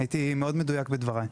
הייתי מאוד מדויק בדבריי.